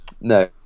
no